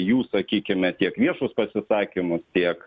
jų sakykime tiek viešus pasisakymus tiek